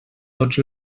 tots